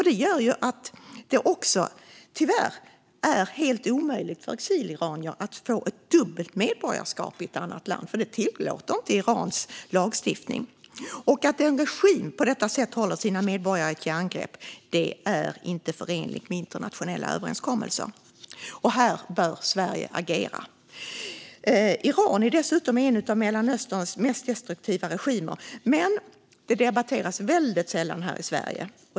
Det gör tyvärr också att det är helt omöjligt för exiliranier att få ett dubbelt medborgarskap i ett annat land. Det tillåter inte Irans lagstiftning. Att en regim på detta sätt håller sina medborgare i ett järngrepp är inte förenligt med internationella överenskommelser. Här bör Sverige agera. Regimen i Iran är dessutom en av Mellanösterns mest destruktiva regimer. Men det debatteras väldigt sällan här i Sverige.